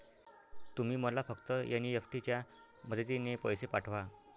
तुम्ही मला फक्त एन.ई.एफ.टी च्या मदतीने पैसे पाठवा